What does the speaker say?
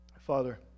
Father